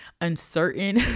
Uncertain